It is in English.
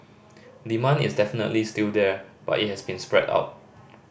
demand is definitely still there but it has been spread out